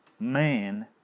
Man